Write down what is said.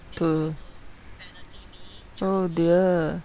to oh dear